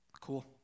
Cool